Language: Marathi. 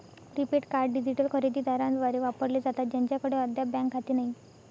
प्रीपेड कार्ड डिजिटल खरेदी दारांद्वारे वापरले जातात ज्यांच्याकडे अद्याप बँक खाते नाही